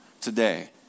today